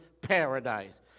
paradise